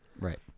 Right